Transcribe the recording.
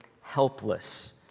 helpless